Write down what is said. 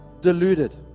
deluded